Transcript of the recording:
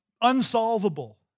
unsolvable